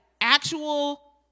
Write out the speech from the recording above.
actual